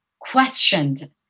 questioned